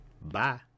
bye